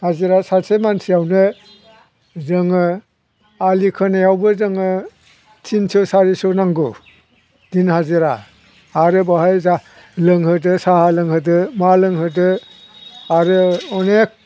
हाजिराया सासे मानसियावनो जोङो आलि खोनायावबो जोङो थिनस' सारिस' नांगौ दिन हाजिरा आरो बावहाय लोंहोदो साहा लोंहोदो मा लोंहोदो आरो अनेख